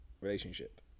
relationship